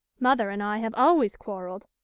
mother and i have always quarrelled,